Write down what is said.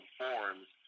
forms